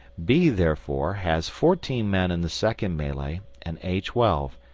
b, therefore, has fourteen men in the second melee and a twelve,